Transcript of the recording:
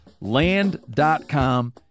land.com